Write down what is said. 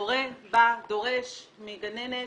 הורה בא, דורש מגננת.